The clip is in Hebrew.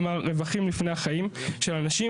כלומר, רווחים לפני חיים של אנשים.